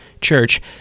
church